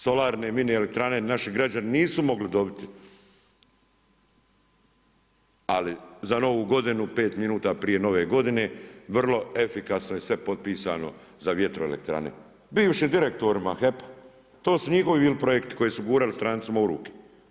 Solarne mini elektrane naši građani nisu mogli dobiti ali za Novi godinu 5 minuta prije Nove godine, vrlo efikasno je sve potpisano za vjetroelektrane bivšim direktorima HEP-a, to su njihovi bili projekti koji su gurali strancima u ruke.